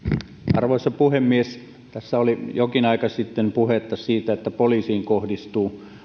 arvoisa puhemies tässä oli jokin aika sitten puhetta siitä että poliisiin kohdistuu